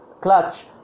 clutch